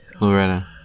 Loretta